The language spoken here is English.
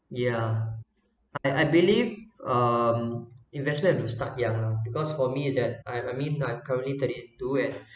yeah I I believe um investment has to start young because for me that I I mean I'm currently thirty two at